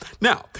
Now